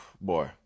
Boy